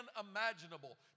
imaginable